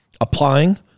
applying